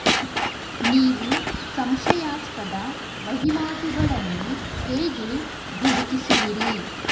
ನೀವು ಸಂಶಯಾಸ್ಪದ ವಹಿವಾಟುಗಳನ್ನು ಹೇಗೆ ಗುರುತಿಸುವಿರಿ?